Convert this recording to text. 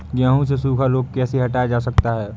गेहूँ से सूखा रोग कैसे हटाया जा सकता है?